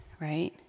right